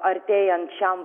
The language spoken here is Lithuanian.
artėjant šiam vakarui